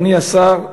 אדוני השר,